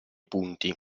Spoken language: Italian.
punti